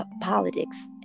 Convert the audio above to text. politics